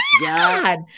God